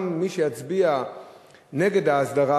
גם מי שהצביע נגד ההסדרה.